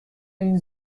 این